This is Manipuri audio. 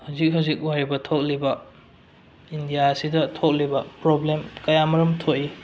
ꯍꯧꯖꯤꯛ ꯍꯧꯖꯤꯛ ꯑꯣꯏꯔꯤꯕ ꯊꯣꯛꯂꯤꯕ ꯏꯟꯗꯤꯌꯥꯁꯤꯗ ꯊꯣꯛꯂꯤꯕ ꯄ꯭ꯔꯣꯕ꯭ꯂꯦꯝ ꯀꯌꯥ ꯃꯔꯨꯝ ꯊꯣꯛꯏ